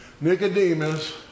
Nicodemus